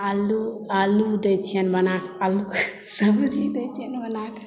आओर आलू आलू दै छियनि बनाकऽ आलूके सब्जी दै छियनि बनाकऽ